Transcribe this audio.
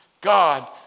God